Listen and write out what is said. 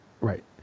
right